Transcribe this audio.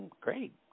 Great